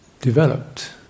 developed